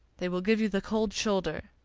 they will give you the cold shoulder.